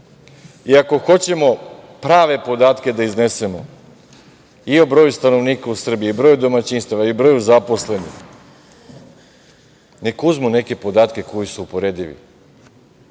hoćemo prave podatke da iznesemo, i o broju stanovnika u Srbiji, o broju domaćinstava i o broju zaposlenih, neka uzmu neke podatke koji su uporedivi.